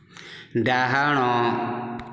ଡାହାଣ